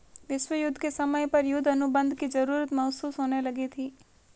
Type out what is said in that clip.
विश्व युद्ध के समय पर युद्ध अनुबंध की जरूरत महसूस होने लगी थी